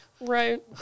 Right